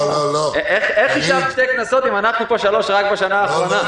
איך שתי כנסות אם אנחנו פה שלוש רק בשנה האחרונה?